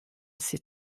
ces